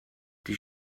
die